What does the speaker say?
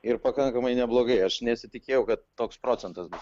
ir pakankamai neblogai aš nesitikėjau kad toks procentas bus